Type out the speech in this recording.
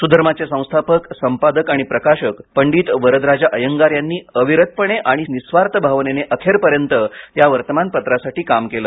सुधर्माचे संस्थापक संपादक आणि प्रकाशक पंडित वरदराजा अयंगार यांनी अविरतपणे आणि निस्वार्थ भावनेने अखेरपर्यंत या वर्तमानपत्रासाठी काम केलं